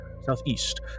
southeast